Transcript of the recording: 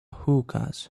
hookahs